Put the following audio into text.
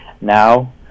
now